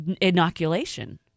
inoculation